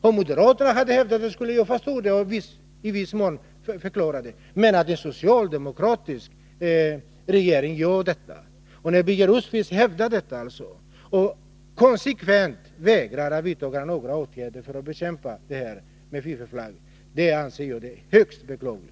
Om moderaterna hade hävdat det skulle det i viss mån finnas en förklaring. Men att en socialdemokratisk regering gör det och att Birger Rosqvist hävdar det och att man konsekvent vägrar att vidta några åtgärder för att bekämpa fiffelflagg anser jag högst beklagligt.